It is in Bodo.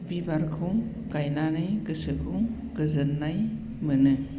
बिबारखौ गायनानै गोसोखौ गोजोननाय मोनो